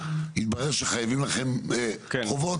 התברר שחייבים לכם חובות.